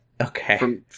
Okay